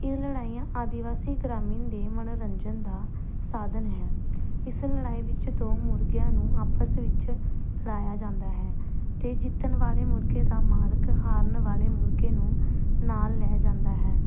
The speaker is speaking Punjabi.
ਇਹ ਲੜਾਈਆਂ ਆਦਿਵਾਸੀ ਗ੍ਰਾਮੀਣ ਦੇ ਮਨੋਰੰਜਨ ਦਾ ਸਾਧਨ ਹੈ ਇਸ ਲੜਾਈ ਵਿੱਚ ਦੋ ਮੁਰਗਿਆਂ ਨੂੰ ਆਪਸ ਵਿੱਚ ਲੜਾਇਆ ਜਾਂਦਾ ਹੈ ਅਤੇ ਜਿੱਤਣ ਵਾਲੇ ਮੁਰਗੇ ਦਾ ਮਾਲਕ ਹਾਰਨ ਵਾਲੇ ਮੁਰਗੇ ਨੂੰ ਨਾਲ ਲੈ ਜਾਂਦਾ ਹੈ